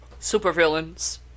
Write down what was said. supervillains